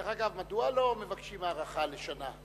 דרך אגב, מדוע לא מבקשים הארכה לשנה?